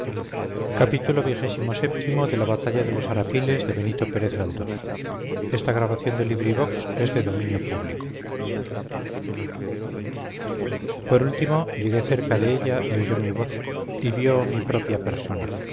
este lado por último llegué cerca de ella y oyó mi voz y vio mi propia persona